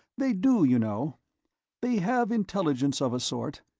they do, you know they have intelligence of a sort.